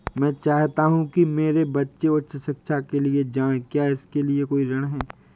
मैं चाहता हूँ कि मेरे बच्चे उच्च शिक्षा के लिए जाएं क्या इसके लिए कोई ऋण है?